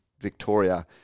Victoria